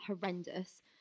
horrendous